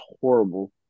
horrible